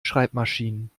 schreibmaschinen